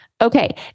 Okay